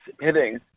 hitting